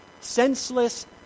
senseless